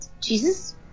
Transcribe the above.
Jesus